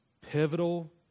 Pivotal